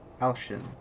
Alshin